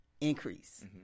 increase